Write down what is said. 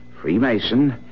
Freemason